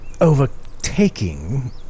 overtaking